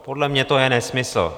Podle mě to je nesmysl.